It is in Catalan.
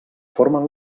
formen